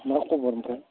मा खबर ओमफ्राय